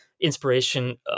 inspiration